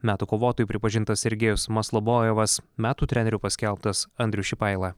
metų kovotoju pripažintas sergejus maslobojevas metų treneriu paskelbtas andrius šipaila